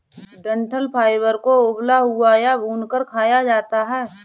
डंठल फाइबर को उबला हुआ या भूनकर खाया जाता है